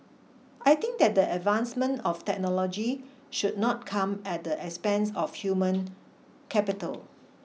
I think that the advancement of technology should not come at the expense of human capital